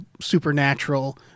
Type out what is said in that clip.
supernatural